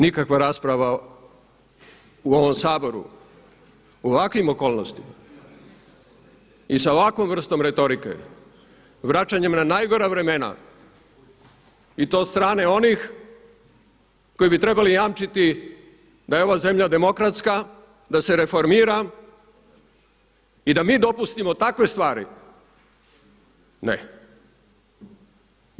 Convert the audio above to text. Nikakva rasprava u ovom Sabora u ovakvim okolnostima i sa ovakvom vrstom retorike, vraćanjem na najgora vremena i to od strane onih koji bi trebali jamčiti da je ova zemlja demokratska, da se reformira i da mi dopustimo takve stvari, ne.